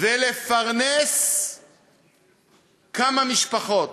ולפרנס כמה משפחות.